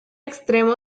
extremo